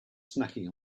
snacking